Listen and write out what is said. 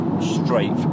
straight